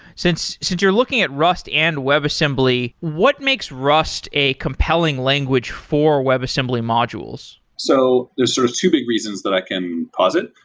since since you're looking at rust and webassembly, what makes rust a compelling language for webassembly modules? so there's sort of two big reasons that i can posit.